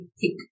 thick